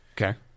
Okay